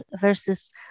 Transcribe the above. versus